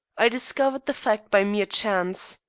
i discovered the fact by mere chance.